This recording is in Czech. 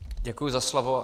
Děkuji za slovo.